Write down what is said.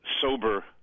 sober